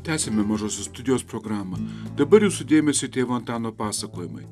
tęsiame mažosios studijos programą dabar jūsų dėmesiui tėvo antano pasakojimai